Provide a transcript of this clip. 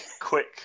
quick